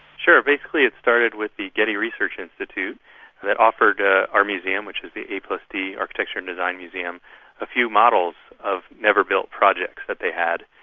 sure, basically it started with the getty research institute that offered ah our museum which is the a plus d architecture and design museum a few models of never-built projects that they had.